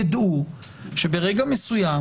יידעו שברגע מסוים,